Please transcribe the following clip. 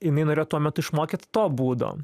jinai norėjo tuo metu išmokyt to būdo